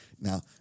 Now